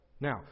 Now